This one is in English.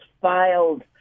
filed